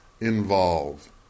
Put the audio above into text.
involve